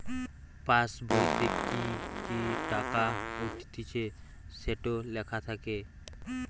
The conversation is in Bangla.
পাসবোইতে কি কি টাকা উঠতিছে সেটো লেখা থাকে